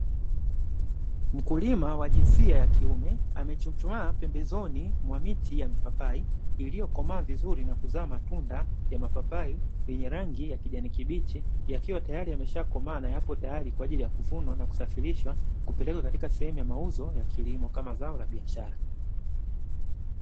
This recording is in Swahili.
Mkulima wa jinsia ya kiume, amechuchumaa pembezoni mwa miti ya mipapai iliyokomaa vizuri na kuzaa matunda ya mipapai, yenye rangi ya kijani kibichi na yakiwa tayari yameshakomaa na tayari kwa ajili ya kusafirishwa kupelekwa katika sehemu ya mauzo ya kilimo kama zao la biashara.